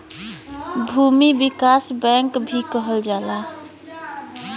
भूमि विकास बैंक भी कहल जाला